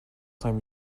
time